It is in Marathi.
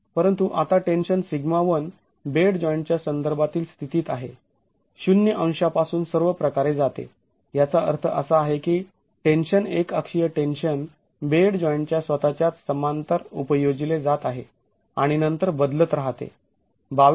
परंतु आता टेन्शन σ1 बेड जॉईंटच्या संदर्भातील स्थितीत आहे ० अंशा पासून सर्व प्रकारे जाते याचा अर्थ असा आहे की टेन्शन एक अक्षीय टेन्शन बेड जॉईंटच्या स्वतःच्याच समांतर उपयोजिले जात आहे आणि नंतर बदलत राहते २२